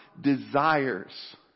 desires